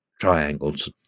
triangles